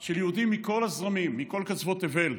של יהודים מכל הזרמים, מכל קצוות תבל,